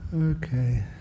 Okay